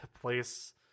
place